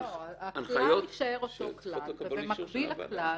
הכלל יישאר אותו כלל, ובמקביל לכלל